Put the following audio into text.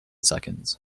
seconds